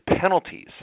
penalties